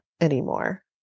anymore